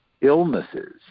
illnesses